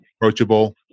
approachable